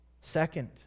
Second